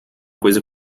coisa